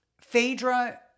Phaedra